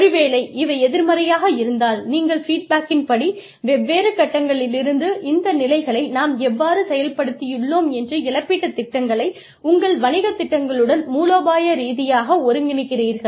ஒரு வேளை இவை எதிர்மறையாக இருந்தால் நீங்கள் ஃபீட்பேக்கின் படி வெவ்வேறு கட்டங்களிலிருந்து இந்த நிலைகளை நாம் எவ்வாறு செயல்படுத்தியுள்ளோம் என்று இழப்பீட்டுத் திட்டங்களை உங்கள் வணிகத் திட்டங்களுடன் மூலோபாய ரீதியாக ஒருங்கிணைக்கிறீர்கள்